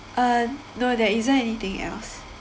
uh no there isn't anything else